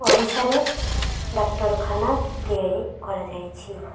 ଓଡ଼ିଶାରେ ଡାକ୍ତରଖାନା ତିଆରି କରାଯାଇଛି